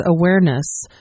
awareness